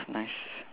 nice